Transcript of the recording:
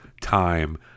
time